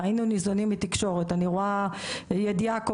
היינו ניזונים מתקשורת, אני רואה ידיעה קופצת: